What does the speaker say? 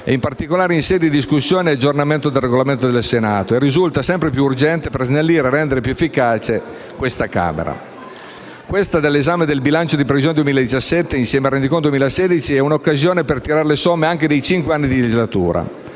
e in particolare in sede di discussione e aggiornamento del Regolamento del Senato, che risulta sempre più urgente per snellire e rendere più efficace questa Camera. Questa dell'esame del bilancio di previsione 2017, insieme al rendiconto del 2016, è una occasione anche per tirare le somme su cinque anni di legislatura,